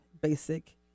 basic